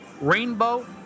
Rainbow